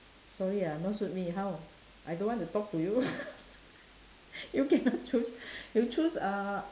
sorry ah not suit me how I don't want to talk to you you cannot choose you choose uh